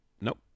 Nope